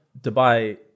Dubai